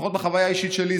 לפחות בחוויה האישית שלי,